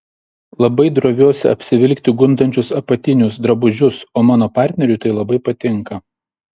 labai droviuosi apsivilkti gundančius apatinius drabužius o mano partneriui tai labai patinka